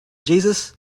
jesus